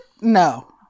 No